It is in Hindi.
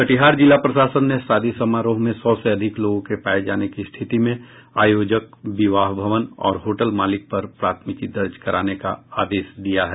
कटिहार जिला प्रशासन ने शादी समारोह में सौ से अधिक लोगों के पाये जाने की स्थिति में आयोजक विवाह भवन और होटल मालिक पर प्राथमिकी दर्ज कराने का आदेश दिया है